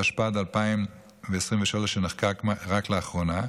התשפ"ד 2023, שנחקק רק לאחרונה,